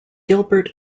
gilbert